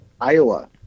Iowa